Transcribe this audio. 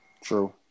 True